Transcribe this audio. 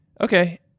Okay